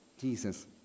Jesus